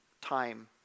time